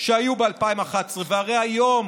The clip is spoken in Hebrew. שהיו ב-2011, והרי היום